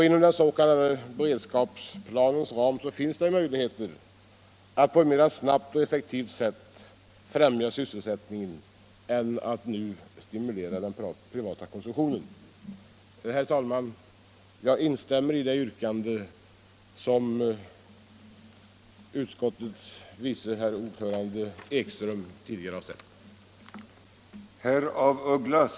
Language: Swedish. Inom den s.k. beredskapsplanens ram finns det möjligheter att på ett snabbare och effektivare sätt främja sysselsättningen än genom att nu stimulera den privata konsumtionen. Herr talman! Jag instämmer i det yrkande som utskottets vice ordförande herr Ekström tidigare ställt.